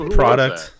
product